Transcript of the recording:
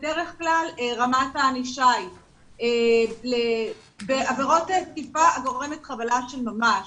בדרך כלל רמת הענישה היא בעבירות תקיפה הגורמת חבלה של ממש